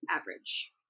average